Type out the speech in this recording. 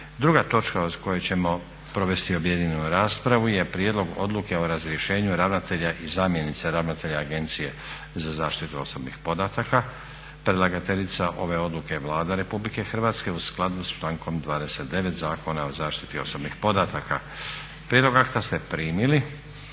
Druga točka o kojoj ćemo provesti objedinjenu raspravu je: - Prijedlog Odluke o razrješenju ravnatelja i zamjenice ravnatelja Agencije za zaštitu osobnih podataka. Predlagateljica ove odluke je Vlada Republike Hrvatske u skladu s člankom 29. Zakona o zaštiti osobnih podataka. Prijedlog akta ste primili.